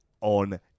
on